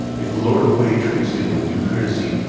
if the lord of wei treats him with due courtesy,